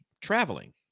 traveling